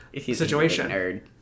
situation